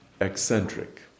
Eccentric